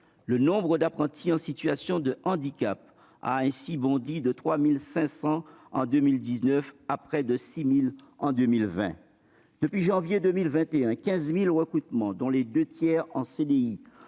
Le nombre d'apprentis en situation de handicap a ainsi bondi de 3 500 en 2019 à près de 6 000 en 2020. Depuis janvier 2021, 15 000 recrutements, dont les deux tiers en